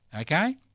okay